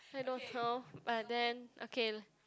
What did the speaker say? I don't know but then okay